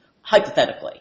hypothetically